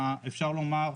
אפשר לומר,